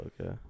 Okay